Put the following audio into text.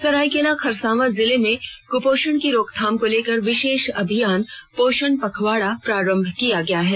सरायकेला खरसावां जिले में कुपोषण की रोकथाम को लेकर विशेष अभियान पोषण पखवाड़ा प्रारंभ किया गया है